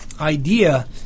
Idea